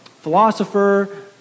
philosopher